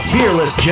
Fearless